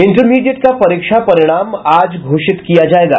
intermediate का परीक्षा परिणाम आज घोषित किया जायेगा